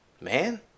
man